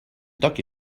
toqui